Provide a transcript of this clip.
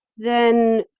then,